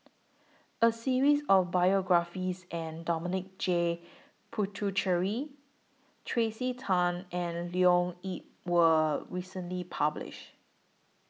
A series of biographies and Dominic J Puthucheary Tracey Tan and Leo Yip was recently published